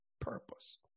purpose